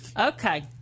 Okay